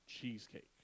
cheesecake